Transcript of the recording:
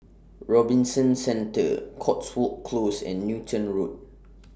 Robinson Centre Cotswold Close and Newton Road